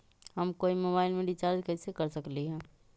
हम कोई मोबाईल में रिचार्ज कईसे कर सकली ह?